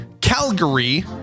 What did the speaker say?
Calgary